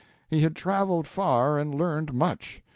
he had traveled far and learned much.